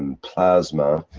and plasma,